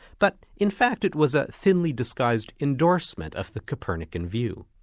but in fact it was a thinly disguised endorsement of the copernican view.